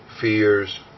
fears